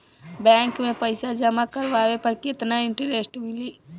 Bank में पईसा जमा करवाये पर केतना इन्टरेस्ट मिली?